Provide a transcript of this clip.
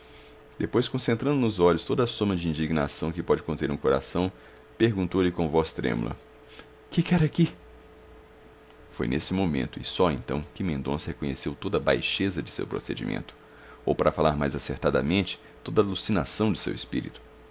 depois concentrando nos olhos toda a soma de indignação que pode conter um coração perguntou-lhe com voz trêmula que quer aqui foi nesse momento e só então que mendonça reconheceu toda a baixeza do seu procedimento ou para falar mais acertadamente toda a alucinação do seu espírito